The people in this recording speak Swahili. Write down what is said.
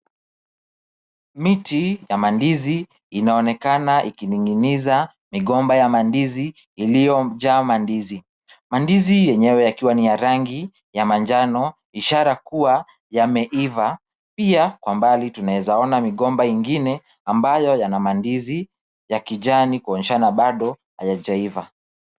Miti ya mandizi inaonekana ikininginiza migomba ya mandizi iliyojaa mandizi. Mandizi yenyewe yakiwa ni ya rangi ya manjano ishara kuwa yameiva. Pia kwa mbali tunaezaona migomba ingine ambayo yana mandizi ya kijani kuoneshana bado hayajaiva.